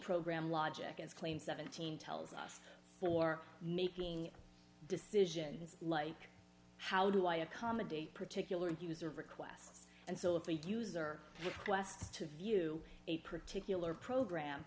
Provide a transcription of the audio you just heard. program logic as claimed seventeen tells us for making decisions like how do i accommodate particular user requests and so if we do user requests to view a particular program